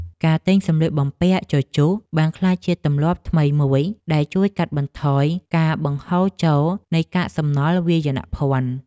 ការទិញសម្លៀកបំពាក់ជជុះបានក្លាយជាទម្លាប់ថ្មីមួយដែលជួយកាត់បន្ថយការបង្ហូរចូលនៃកាកសំណល់វាយនភ័ណ្ឌ។